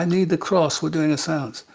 and need the cross, we're doing a seance.